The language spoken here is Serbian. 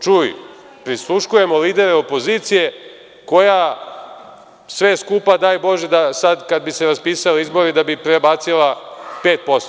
Čuj, prisluškujemo lidere opozicije koja sve skupa daj bože da sada kada bi se raspisali izbori, bi prebacila 5%